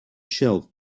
shelf